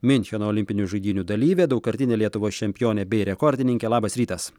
miuncheno olimpinių žaidynių dalyvė daugkartinė lietuvos čempionė bei rekordininkė labas rytas